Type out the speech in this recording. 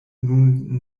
nun